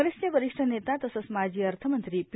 काँग्रेसचे वरिश्ठ नेता तसंच माजी अर्थमंत्री पी